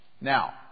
Now